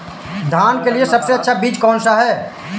धान के लिए सबसे अच्छा बीज कौन सा है?